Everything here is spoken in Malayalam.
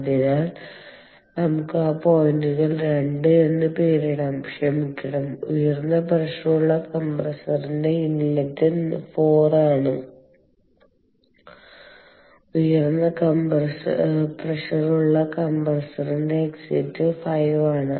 അതിനാൽ നമുക്ക് ആ പോയിന്റുകൾ 2 എന്ന് പേരിടാം ക്ഷമിക്കണം ഉയർന്ന പ്രഷറുള്ള കംപ്രസ്സറിന്റെ ഇൻലെറ്റ് 4 ആണ് ഉയർന്ന പ്രഷറുള്ള കംപ്രസ്സറിന്റെ എക്സിറ്റ് 5 ആണ്